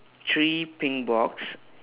three pink box